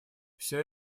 все